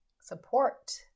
support